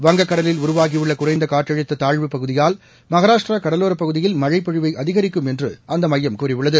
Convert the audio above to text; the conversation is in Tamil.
வங்கக்கடலில் உருவாகியுள்ளகுறைந்தகாற்றழுத்ததாழ்வுப்பகுதியால் மகாராஷ்டிராகடலோரபகுதியில் மழைபொழிவைஅதிகரிக்கும் என்றுஅந்தமையம் கூறியுள்ளது